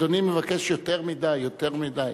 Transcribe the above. אדוני מבקש יותר מדי, יותר מדי.